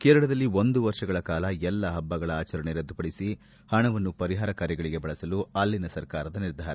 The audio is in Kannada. ಕೇರಳದಲ್ಲಿ ಒಂದು ವರ್ಷಕಾಲ ಎಲ್ಲಾ ಹಬ್ಬಗಳ ಆಚರಣೆ ರದ್ದುಪಡಿಸಿ ಹಣವನ್ನು ಪರಿಹಾರ ಕಾರ್ಯಗಳಿಗೆ ಬಳಸಲು ಅಲ್ಲಿನ ಸರ್ಕಾರದ ನಿರ್ಧಾರ